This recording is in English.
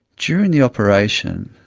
during the operation,